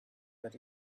that